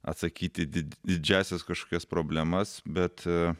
atsakyti į didžiąsias kažkokias problemas bet